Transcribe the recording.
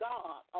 God